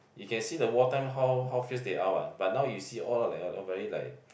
you can see the wartime how how fierce they are what but now you see all like all very like